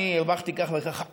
אני הרווחתי כך וכך,